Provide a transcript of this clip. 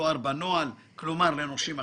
כמתואר בנוהל, כלומר לנושים אחרים,